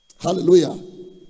Hallelujah